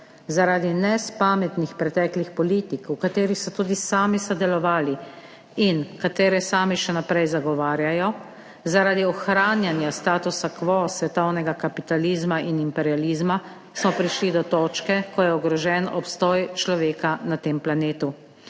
zaradi nespametnih preteklih politik, v katerih so tudi sami sodelovali in katere sami še naprej zagovarjajo. Zaradi ohranjanja statusa quo svetovnega kapitalizma in imperializma smo prišli do točke, ko je ogrožen obstoj človeka na tem planetu.